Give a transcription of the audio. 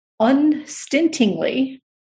unstintingly